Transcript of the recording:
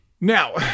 Now